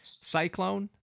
Cyclone